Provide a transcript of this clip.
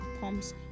pumps